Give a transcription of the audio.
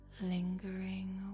lingering